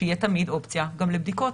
שתהיה תמיד אופציה גם לבדיקות.